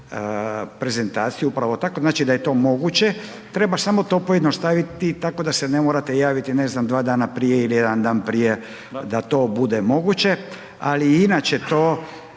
prezentaciju upravo tako, znači da je to moguće, treba samo to pojednostaviti tako da se ne morate javiti, ne znam, 2 dana prije ili 1 dan prije da to bude moguće ali i inače to,